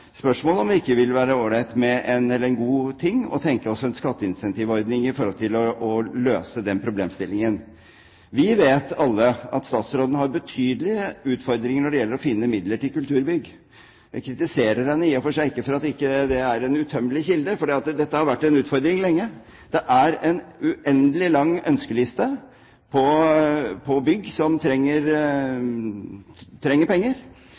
om det ikke vil være en god ting å tenke oss en skatteincentivordning for å løse den problemstillingen. Vi vet alle at statsråden har betydelige utfordringer når det gjelder å finne midler til kulturbygg. Jeg kritiserer henne i og for seg ikke for at det ikke er en utømmelig kilde, for dette har vært en utfordring lenge. Det er en uendelig lang ønskeliste når det gjelder bygg som trenger penger.